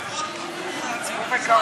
יואב, כשתהיה באופוזיציה, אתה תדע.